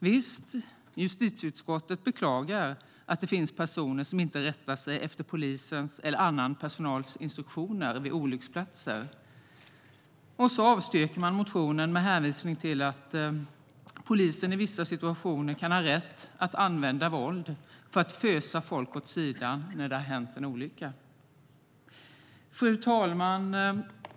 Visst, justitieutskottet beklagar att det finns personer som inte rättar sig efter polisens eller annan personals instruktioner vid olycksplatser. Men man avstyrker motionen med hänvisning till att polisen i vissa situationer kan ha rätt att använda våld för att fösa folk åt sidan när det har hänt en olycka. Fru talman!